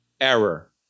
error